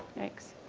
thanks